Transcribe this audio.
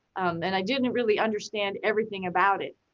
and i didn't really understand everything about it.